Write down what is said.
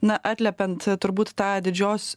na atliepiant turbūt tą didžios